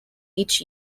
each